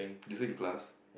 listen in class